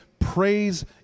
praise